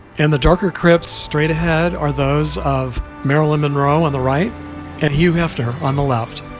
and the darker crypts straight-ahead are those of marilyn monroe on the right and he left her on the left